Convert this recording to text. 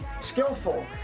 skillful